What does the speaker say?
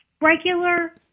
regular